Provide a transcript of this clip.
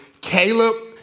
Caleb